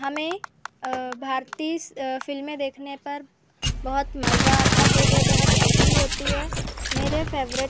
हमें भारतीय फ़िल्में देखने पर बहुत मज़ा आता है वे बहुत अच्छी होती है मेरे फ़ेवरेट